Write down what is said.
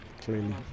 clearly